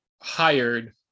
hired